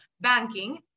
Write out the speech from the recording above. banking